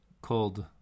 called